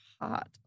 hot